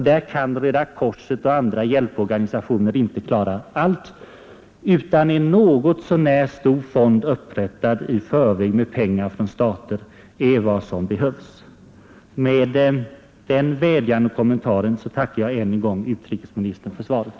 Då kan Röda korset och andra hjälporganisationer inte klara allt, utan en något så när stor fond upprättad i förväg med pengar från stater, är vad som behövs. Med denna vädjan och denna kommentar tackar jag ännu en gång utrikesministern för svaret.